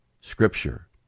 Scripture